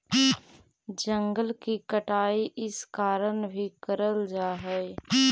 जंगल की कटाई इस कारण भी करल जा हई